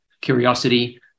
curiosity